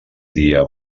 dia